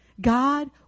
God